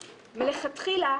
מלכתחילה,